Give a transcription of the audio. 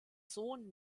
sohn